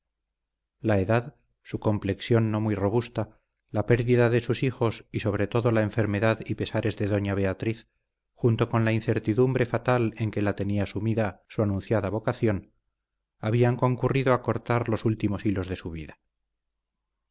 la edad su complexión no muy robusta la pérdida de sus hijos y sobre todo la enfermedad y pesares de doña beatriz junto con la incertidumbre fatal en que la tenía sumida su anunciada vocación habían concurrido a cortar los últimos hilos de su vida